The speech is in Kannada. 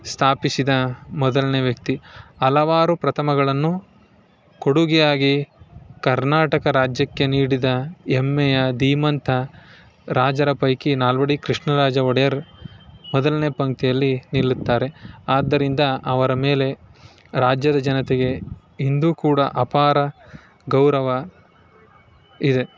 ಸ್ಥಾಪಿಸಿದ ಮೊದಲನೇ ವ್ಯಕ್ತಿ ಹಲವಾರು ಪ್ರಥಮಗಳನ್ನು ಕೊಡುಗೆಯಾಗಿ ಕರ್ನಾಟಕ ರಾಜ್ಯಕ್ಕೆ ನೀಡಿದ ಹೆಮ್ಮೆಯ ಧೀಮಂತ ರಾಜರ ಪೈಕಿ ನಾಲ್ವಡಿ ಕೃಷ್ಣರಾಜ ಒಡೆಯರ್ ಮೊದಲನೇ ಪಂಕ್ತಿಯಲ್ಲಿ ನಿಲ್ಲುತ್ತಾರೆ ಆದ್ದರಿಂದ ಅವರ ಮೇಲೆ ರಾಜ್ಯದ ಜನತೆಗೆ ಇಂದು ಕೂಡ ಅಪಾರ ಗೌರವ ಇದೆ